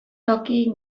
toki